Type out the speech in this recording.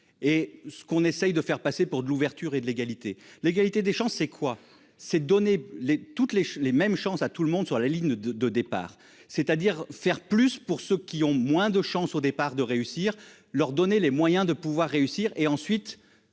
et ce qu'on essaye de faire passer pour de l'ouverture et de l'égalité, l'égalité des chances. C'est quoi ces données les toutes les les mêmes chances à tout le monde sur la ligne de départ, c'est-à-dire faire plus pour ceux qui ont moins de chances au départ de réussir leur donner les moyens de pouvoir réussir et ensuite